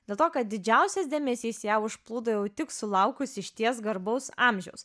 dėl to kad didžiausias dėmesys ją užplūdo jau tik sulaukus išties garbaus amžiaus